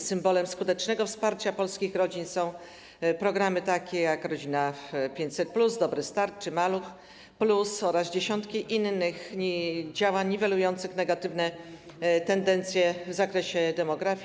Symbolem skutecznego wsparcia polskich rodzin są programy takie jak: „Rodzina 500+” , „Dobry start” czy „Maluch+” oraz dziesiątki innych działań niwelujących negatywne tendencje w zakresie demografii.